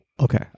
Okay